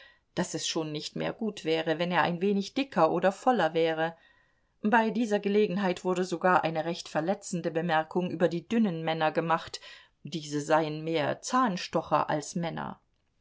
daß es schon nicht mehr gut wäre wenn er ein wenig dicker oder voller wäre bei dieser gelegenheit wurde sogar eine recht verletzende bemerkung über die dünnen männer gemacht diese seien mehr zahnstocher als männer